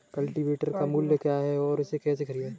Cultivator का मूल्य क्या है और इसे कैसे खरीदें?